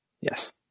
Yes